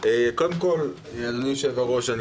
אדוני יושב-הראש,